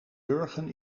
wurgen